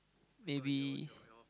maybe